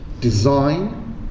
design